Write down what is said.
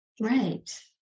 Right